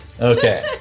Okay